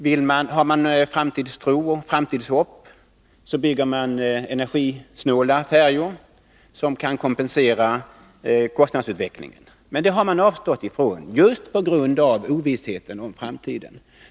Har man framtidstro och framtidshopp bygger man energisnåla färjor som kan kompensera kostnadsutvecklingen. Men det har man avstått från, just på grund av ovissheten om framtiden.